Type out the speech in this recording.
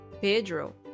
Pedro